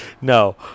No